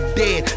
dead